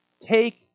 Take